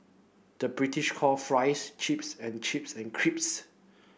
the British call fries chips and chips and creeps